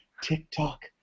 TikTok